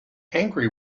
angry